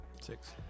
six